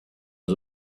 was